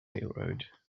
railroad